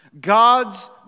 God's